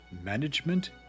management